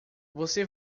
você